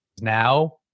Now